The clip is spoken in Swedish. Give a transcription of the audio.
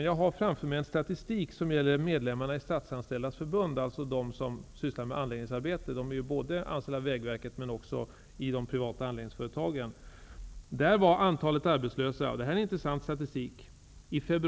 Jag har framför mig en statistik som gäller medlemmar i Statsanställdas förbund, alltså de som sysslar med anläggningsarbete. De är anställda dels av Vägverket, dels i privata anläggningsföretag. Detta är en intressant statistik.